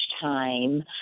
time